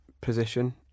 position